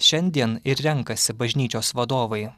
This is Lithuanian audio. šiandien ir renkasi bažnyčios vadovai